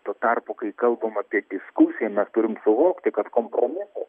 tuo tarpu kai kalbam apie diskusiją mes turim suvokti kad kompromisas